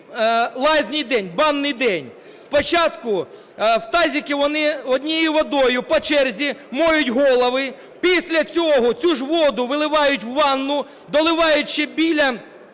лазневий день – банний день. Спочатку в тазику вони однією водою по черзі миють голови, після цього цю ж воду виливають у ванну, доливаючи біля